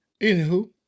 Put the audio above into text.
Anywho